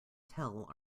tell